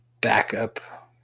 backup